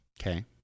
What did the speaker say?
Okay